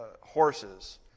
horses